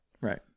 right